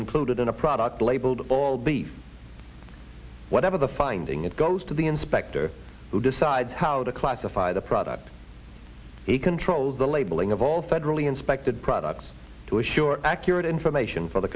included in a product labeled all beef whatever the finding it goes to the inspector who decides how to classify the product he controls the labeling of all federally inspected products to assure accurate information for the